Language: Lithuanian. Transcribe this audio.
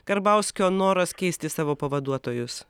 karbauskio noras keisti savo pavaduotojus